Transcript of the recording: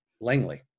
Langley